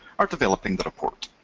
are developing the report.